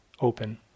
open